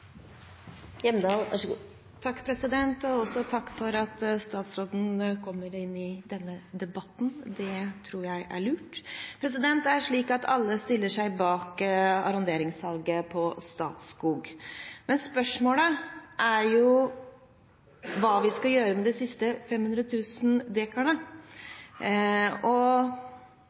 Takk for at statsråden kom til denne debatten, det tror jeg var lurt. Alle stiller seg bak arronderingssalget av Statskog. Spørsmålet er hva vi skal gjøre med de siste